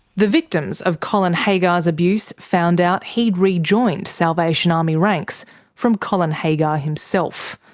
the victims of colin haggar's abuse found out he'd re-joined salvation army ranks from colin haggar himself.